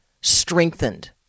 strengthened